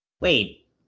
Wait